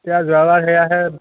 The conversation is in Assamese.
এতিয়া যোৱাাবাৰ সেয়াহে